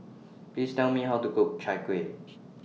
Please Tell Me How to Cook Chai Kueh